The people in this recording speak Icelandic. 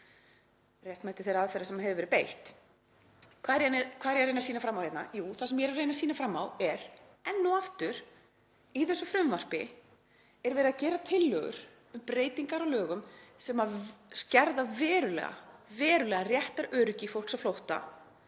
réttmæti þeirra aðferða sem hefur verið beitt. Hvað er ég að reyna að sýna fram á hérna? Jú, það sem ég er að reyna að sýna fram á er að enn og aftur í þessu frumvarpi er verið að gera tillögur um breytingar á lögum sem skerða verulega réttaröryggi fólks á flótta